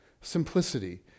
simplicity